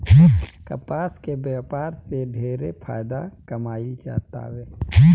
कपास के व्यापार से ढेरे फायदा कमाईल जातावे